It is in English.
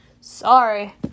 Sorry